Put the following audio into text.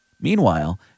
Meanwhile